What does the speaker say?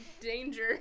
Danger